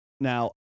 Now